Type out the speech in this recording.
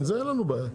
עם זה אין לנו בעיה,